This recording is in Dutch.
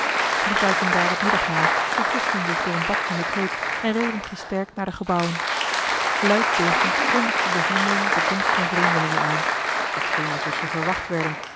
ze gebruikten daar het middagmaal verfrischten zich door een bad in de kreek en reden gesterkt naar de gebouwen luid blaffend kondigden de honden de komst van vreemdelingen aan t scheen alsof ze verwacht werden